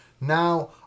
Now